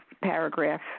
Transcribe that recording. paragraph